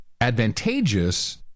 advantageous